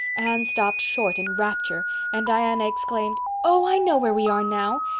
anne stopped short in rapture and diana exclaimed, oh, i know where we are now.